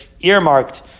earmarked